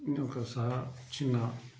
ఒక సా చిన్న